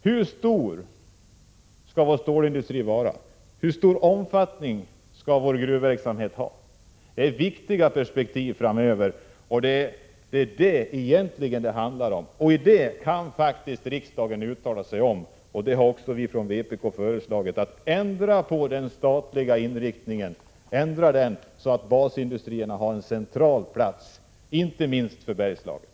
Hur stor skall vår stålindustri vara? Hur stor omfattning skall vår gruvverksamhet ha? Det är viktiga perspektiv. Det är detta som det egentligen handlar om, och det kan riksdagen uttala sig om. Vpk har föreslagit: Ändra den statliga inriktningen, så att basindustrierna har en central plats inte minst för Bergslagen.